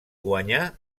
guanyà